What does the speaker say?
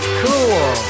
cool